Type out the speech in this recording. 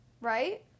Right